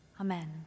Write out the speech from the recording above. Amen